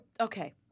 okay